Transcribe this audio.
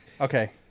Okay